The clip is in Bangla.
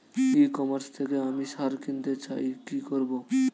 ই কমার্স থেকে আমি সার কিনতে চাই কি করব?